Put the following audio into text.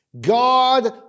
God